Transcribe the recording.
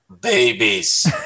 babies